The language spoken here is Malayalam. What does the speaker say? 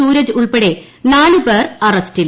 സൂരജ് ഉൾപ്പെടെ നാലു പേർ അറസ്റ്റിൽ